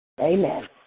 Amen